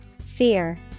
Fear